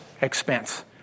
expense